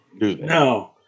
no